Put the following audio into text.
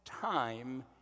time